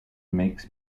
makes